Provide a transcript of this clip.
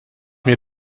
mir